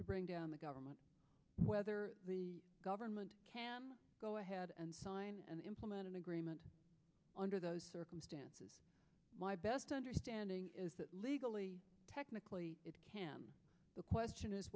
to bring down the government whether the government go ahead and sign and implement an agreement under those circumstances my best understanding is that legally technically the question is